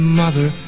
mother